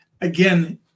again